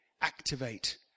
activate